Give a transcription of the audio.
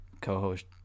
co-host